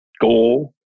goal